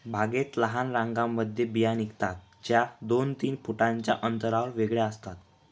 बागेत लहान रांगांमध्ये बिया निघतात, ज्या दोन तीन फुटांच्या अंतरावर वेगळ्या असतात